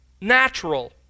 natural